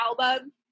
album